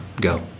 Go